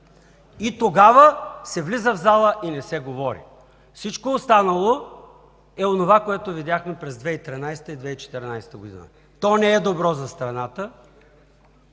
И тогава се влиза в зала и не се говори. Всичко останало е онова, което видяхме през 2013 г. и 2014 г. То не е добро за страната.